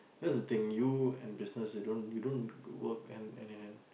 that's the thing you and business you don't you don't work and and and and